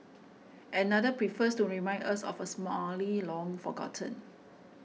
another prefers to remind us of a simile long forgotten